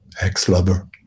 ex-lover